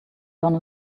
gonna